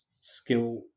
skill